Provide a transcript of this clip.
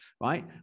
right